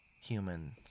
humans